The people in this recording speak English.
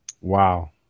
Wow